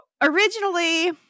originally